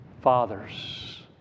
Fathers